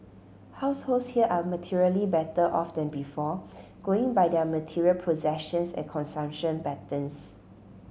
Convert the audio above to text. households here are materially better off than before going by their material possessions and consumption patterns